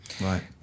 Right